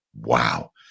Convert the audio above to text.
wow